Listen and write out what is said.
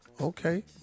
Okay